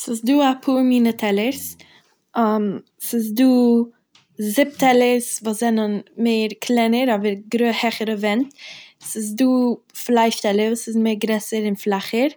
ס'איז דא אפאר מינע טעלער'ס, ס'איז דא זופ טעלערס וואס זענען מער קלענער אבער גרע- העכערע ווענט, ס'איז דא פלייש טעלערס וואס איז מער גרעסער און פלאכער,